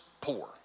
poor